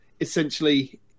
essentially